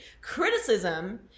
Criticism